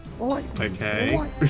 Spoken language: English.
Okay